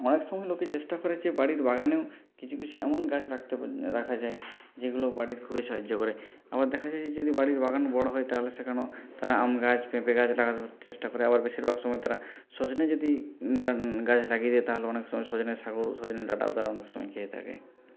অনেক সময়ে লোকে চেষ্টা করে যে বাড়ির বাগানেও কিছু কিছু এমন গাছ রাখতে হবে রাখা যায় যেগুলো বাড়ির খুবই সাহায্য করে আবার দেখা যায় যে যদি বাড়ির বাগান বড় হয় তাহলে সেখানেও তারা আম গাছ পেঁপে গাছ লাগানোর চেষ্টা করে আবার বেশিরভাগ সময়ে তারা সজনে যদি গাছ লাগিয়ে দেয় তাহলে অনেক সময়ে সজনের শাকও সজনের ডাঁটাও তারা অনেক সময়ে খেয়ে থাকে